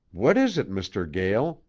what is it, mr. gael?